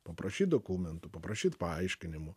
paprašyt dokumentų paprašyt paaiškinimų